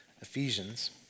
Ephesians